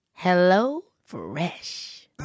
HelloFresh